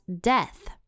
death